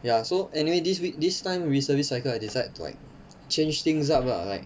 ya so anyway this week this time reservist cycle I decide like change things up lah like